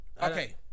Okay